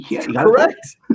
Correct